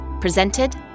presented